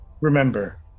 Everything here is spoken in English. remember